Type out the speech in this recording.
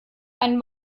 einen